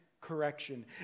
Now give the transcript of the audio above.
correction